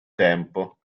tempo